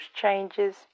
changes